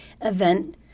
event